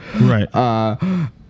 right